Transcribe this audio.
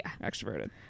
Extroverted